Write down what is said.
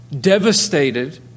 devastated